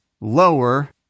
lower